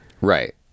Right